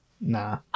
Nah